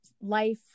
life